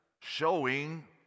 showing